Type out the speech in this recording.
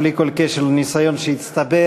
בלי כל קשר לניסיון שהצטבר,